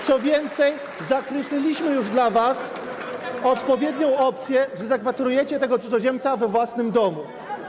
Co więcej, zakreśliliśmy już dla was odpowiednią opcję, że zakwaterujecie tego cudzoziemca we własnym domu.